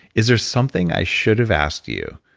is there something i should have asked you